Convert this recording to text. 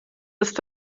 ist